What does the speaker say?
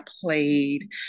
played